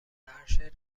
عرشه